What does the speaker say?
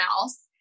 else